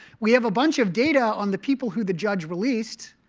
we have a bunch of data on the people who the judge released.